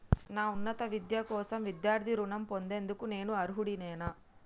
నా ఉన్నత విద్య కోసం విద్యార్థి రుణం పొందేందుకు నేను అర్హుడినేనా?